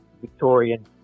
Victorian